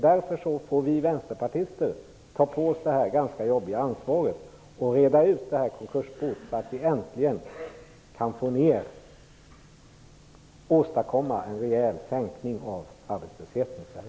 Därför får vi vänsterpartister ta på oss det ganska jobbiga ansvaret att reda ut detta konkursbo så att vi äntligen kan åstadkomma en rejäl sänkning av arbetslösheten i Sverige.